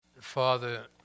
Father